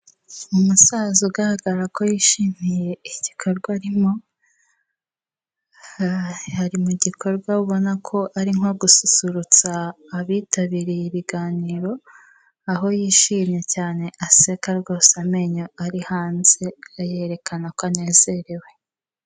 Umusaza ugaragara ko yishimiye igikorwa arimo, ari mu gikorwa ubona ko ari nko gususurutsa abitabiriye ibiganiro, aho yishimye cyane aseka rwose amenyo ari hanze yerekana ko anezerewe.